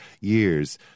years